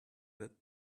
that